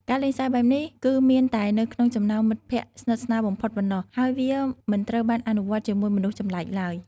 ការលេងសើចបែបនេះគឺមានតែនៅក្នុងចំណោមមិត្តភក្តិស្និទ្ធស្នាលបំផុតប៉ុណ្ណោះ ហើយវាមិនត្រូវបានអនុវត្តជាមួយមនុស្សចម្លែកឡើយ។